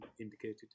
indicated